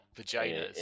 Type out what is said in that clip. vaginas